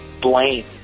blame